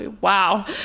Wow